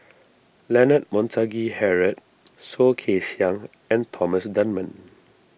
Leonard Montague Harrod Soh Kay Siang and Thomas Dunman